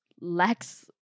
lacks